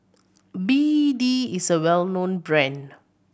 B D is a well known brand